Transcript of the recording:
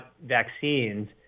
vaccines